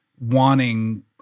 wanting